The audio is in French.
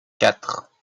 quatre